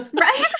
Right